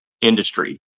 industry